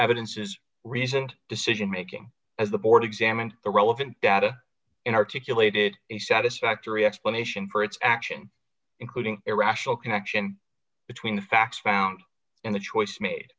evidences reasoned decision making as the board examined the relevant data in articulated a satisfactory explanation for its action including irrational connection between the facts found and the choice made